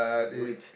I knew it